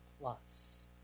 plus